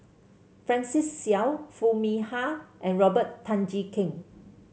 Francis Seow Foo Mee Har and Robert Tan Jee Keng